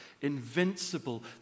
invincible